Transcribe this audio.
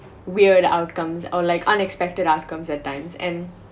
weird outcomes or like unexpected outcomes at times and